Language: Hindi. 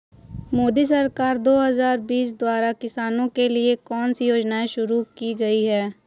मोदी सरकार दो हज़ार बीस द्वारा किसानों के लिए कौन सी योजनाएं शुरू की गई हैं?